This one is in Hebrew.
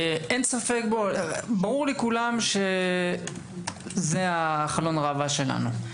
ברור לכולם, שזה חלון הראווה שלנו.